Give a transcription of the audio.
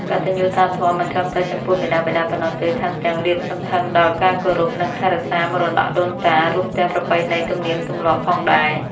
កតញ្ញុតាធម៌មិនត្រឹមតែចំពោះមាតាបិតាប៉ុណ្ណោះទេ ថែមទាំងលាតសន្ធឹងដល់ការគោរព និងថែរក្សាមរតកដូនតា រួមទាំងប្រពៃណីទំនៀមទម្លាប់ផងដែរ។